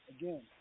again